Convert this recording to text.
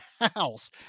house